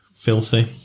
Filthy